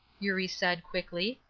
eurie said, quickly.